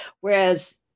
Whereas